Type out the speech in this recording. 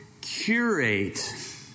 curate